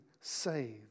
saved